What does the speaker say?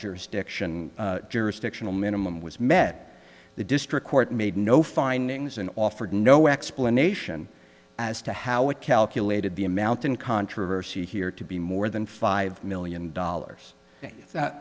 jurisdiction jurisdictional minimum was met the district court made no findings and offered no explanation as to how it calculated the amount in controversy here to be more than five million dollars